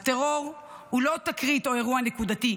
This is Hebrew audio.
הטרור הוא לא תקרית או אירוע נקודתי,